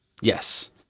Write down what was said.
Yes